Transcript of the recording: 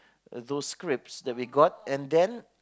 those scripts that we got and then